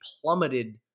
plummeted